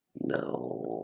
no